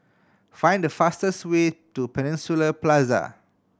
find the fastest way to Peninsula Plaza